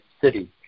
city